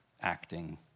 acting